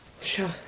Sure